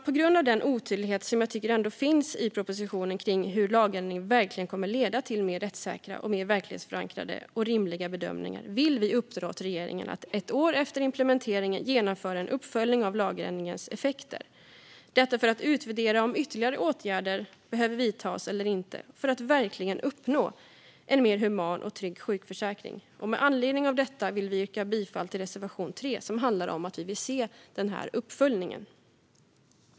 På grund av den otydlighet som jag ändå tycker finns i propositionen kring om lagändringen verkligen kommer att leda till mer rättssäkra, mer verklighetsförankrade och rimligare bedömningar vill vi uppdra till regeringen att ett år efter implementeringen genomföra en uppföljning av lagändringens effekter, detta för att utvärdera om ytterligare åtgärder behöver vidtas för att verkligen uppnå en mer human och trygg sjukförsäkring. Med anledning av detta yrkar jag bifall till reservation 3, som handlar om att vi vill se denna uppföljning.